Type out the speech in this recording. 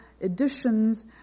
editions